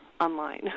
online